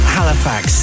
Halifax